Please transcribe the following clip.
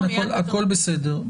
הכול בסדר.